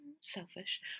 Selfish